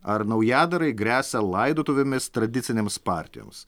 ar naujadarai gresia laidotuvėmis tradicinėms partijoms